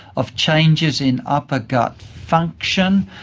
of changes in upper gut function,